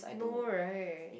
no right